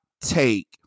take